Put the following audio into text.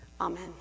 Amen